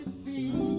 see